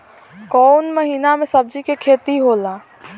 कोउन महीना में सब्जि के खेती होला?